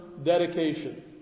Dedication